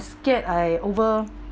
scared I over